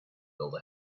build